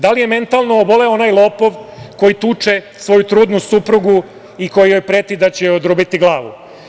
Da li je mentalno oboleo onaj lopov koji tuče svoju trudnu suprugu i kojoj preti da će joj odrubiti glavu?